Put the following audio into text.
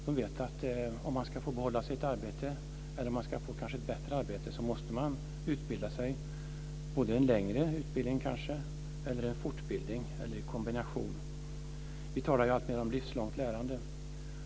De vet att om man ska få behålla sitt arbete eller kanske få ett bättre arbete, måste man utbilda sig - kanske i en längre utbildning, i en fortbildning eller i en kombination härav. Vi talar ju alltid om livslångt lärande.